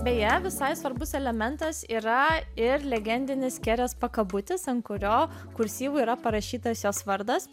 beje visai svarbus elementas yra ir legendinis kerės pakabutis ant kurio kursyvu yra parašytas jos vardas